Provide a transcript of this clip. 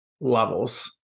levels